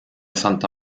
santa